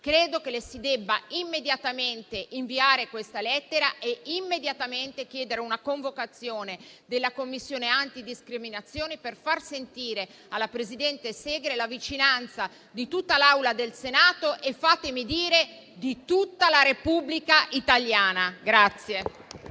Credo che le si debba immediatamente inviare questa lettera e immediatamente chiedere una convocazione della Commissione antidiscriminazioni per far sentire alla presidente Segre la vicinanza di tutta l'Assemblea del Senato e - fatemi dire - di tutta la Repubblica italiana.